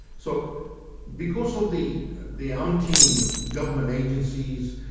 so because of the the umpteen government agencies,